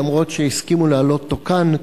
אף-על-פי שהסכימו להעלות אותו כאן,